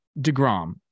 DeGrom